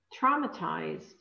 traumatized